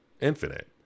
Infinite